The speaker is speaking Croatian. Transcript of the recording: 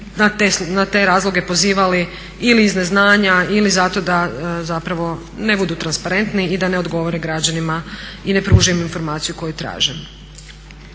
na te razloge pozivali ili iz neznanja ili zato da zapravo ne budu transparentni i da ne odgovore građanima i ne pruže im informaciju koju traže.